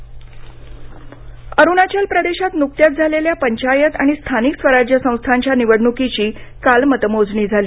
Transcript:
अरुणाचल निवडणूक अरुणाचल प्रदेशात नुकत्याच झालेल्या पंचायत आणि स्थानिक स्वराज्य संस्थांच्या निवडणुकीची काल मतमोजणी झाली